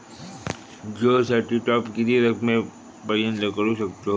जिओ साठी टॉप किती रकमेपर्यंत करू शकतव?